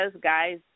guys